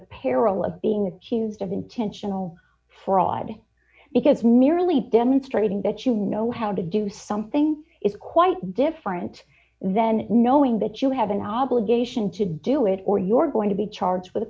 of being accused of intentional fraud because nearly demonstrating that you know how to do something is quite different than knowing that you have an obligation to do it or you're going to be charged with